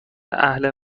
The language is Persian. اهل